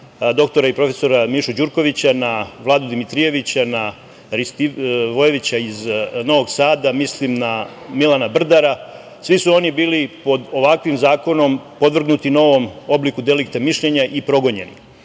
doktora i profesora Mišu Đurkovića, na Vladu Dimitrijevića, na Ristivojevića iz Novog Sada, mislim na Milana Brdara, svi su oni bili pod ovakvim zakonom podvrgnuti novom obliku delikta mišljenja i progonjeni. Dakle,